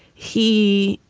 he.